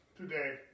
Today